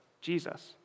Jesus